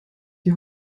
die